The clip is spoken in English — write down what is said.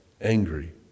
angry